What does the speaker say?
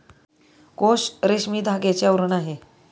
कोश रेशमी धाग्याचे आवरण आहे